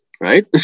right